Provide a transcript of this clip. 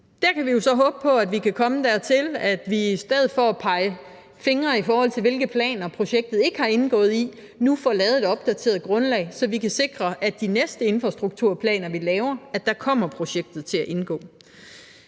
Vi kan jo så håbe på, at vi kan komme dertil, at vi i stedet for at pege fingre, i forhold til hvilke planer projektet ikke har indgået i, nu får lavet et opdateret grundlag, så vi kan sikre, at projektet kommer til at indgå